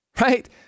Right